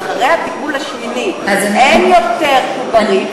אם אחרי הטיפול השמיני אין יותר עוברים,